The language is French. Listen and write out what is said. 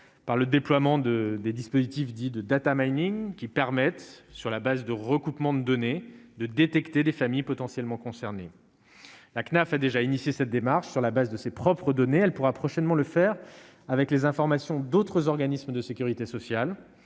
Par le déploiement de des dispositifs dits de Data Mining, qui permettent, sur la base de recoupement de données de détecter les familles potentiellement concernés, la CNAF a déjà initié cette démarche sur la base de ses propres données, elle pourra prochainement le faire avec les informations d'autres organismes de Sécurité sociale